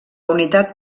unitat